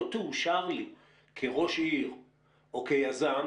לא תאושר לי כראש עיר או כיזם,